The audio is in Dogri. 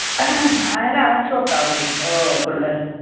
असें लेना छोटा फ्रिज ओह् कुलर